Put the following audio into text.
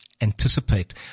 anticipate